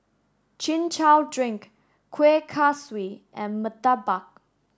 Chin Chow Drink Kueh Kaswi and Murtabak